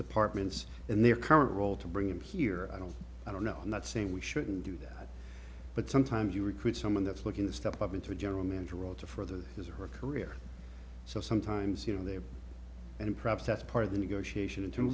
departments in their current role to bring in here i don't i don't know and that's saying we shouldn't do that but sometimes you recruit someone that's looking to step up into a general manager role to further his or her career so sometimes you know they have and perhaps that's part of the negotiation